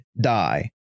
die